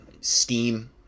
steam